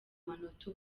manota